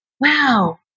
wow